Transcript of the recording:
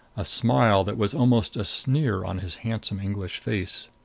a smile that was almost a sneer on his handsome english face!